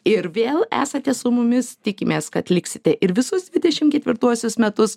ir vėl esate su mumis tikimės kad liksite ir visus dvidešim ketvirtuosius metus